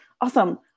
awesome